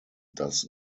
does